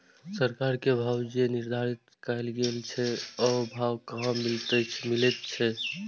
सरकार के भाव जे निर्धारित कायल गेल छै ओ भाव कहाँ मिले छै?